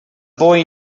boy